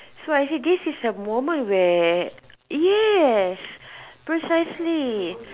so I say this is a moment where yes precisely